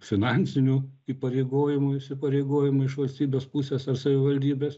finansinių įpareigojimų įsipareigojimų iš valstybės pusės ar savivaldybės